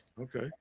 Okay